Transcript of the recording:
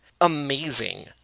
amazing